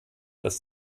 das